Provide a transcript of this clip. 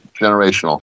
generational